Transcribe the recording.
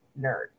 nerd